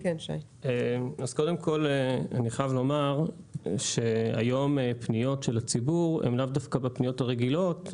אני חייב לומר שהיום פניות של הציבור הן לאו דווקא בפניות הרגילות.